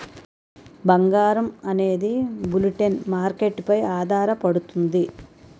బంగారం అనేది bullion market పై ఆధారపడుతుంది